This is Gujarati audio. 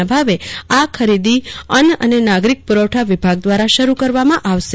ના ભાવે આ ખરીદી અન્ન અને નાગરિક પુરવઠા વિભાગ દ્વારા શરૂ કરવામાં આવશે